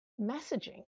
messaging